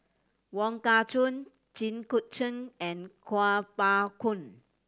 Wong Kah Chun Jit Koon Ch'ng and Kuo Pao Kun